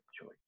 choice